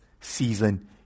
season